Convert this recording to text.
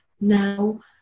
Now